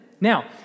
Now